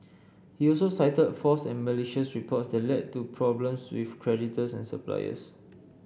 he also cited false and malicious reports that led to problems with creditors and suppliers